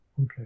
Okay